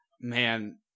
man